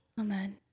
Amen